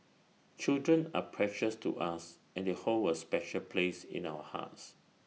children are precious to us and they hold A special place in our hearts